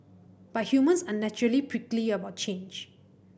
but humans are naturally prickly about change